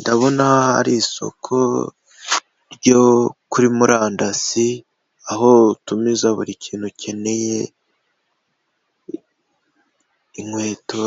Ndabona ari isoko ryo kuri murandasi, aho utumiza buri kintu ukeneye inkweto